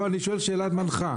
אני שואל שאלה מנחה.